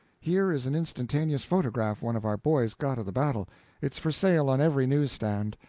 here is an instantaneous photograph one of our boys got of the battle it's for sale on every news-stand.